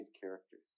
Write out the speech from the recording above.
characters